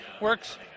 Works